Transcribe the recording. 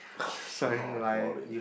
boring